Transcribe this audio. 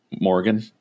Morgan